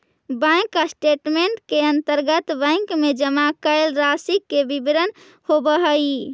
bank statement के अंतर्गत bank में जमा कैल राशि के विवरण होवऽ हइ